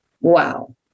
Wow